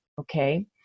Okay